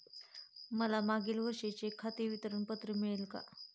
मला मागील वर्षाचे खाते विवरण पत्र मिळेल का?